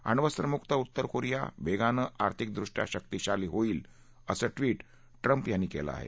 अण्वस्त्रमुक्त उत्तर कोरिया वेगानं आर्थिकदृष्ट्या शक्तीशाली होईल असं ट्विट ट्रम्प यांनी केलं आहे